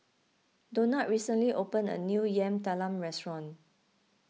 Donat recently opened a new Yam Talam restaurant